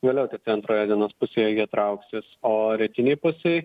vėliau tikai antroje dienos pusėje jie trauksis o rytinėj pusėj